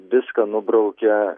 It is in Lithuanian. viską nubraukia